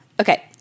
Okay